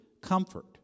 comfort